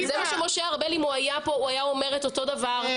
אם משה ארבל היה כאן, הוא היה אומר את אותו הדבר.